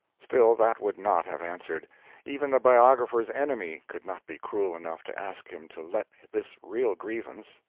still, that would not have answered even the biographer's enemy could not be cruel enough to ask him to let this real grievance,